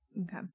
Okay